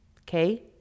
okay